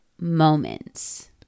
moments